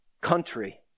country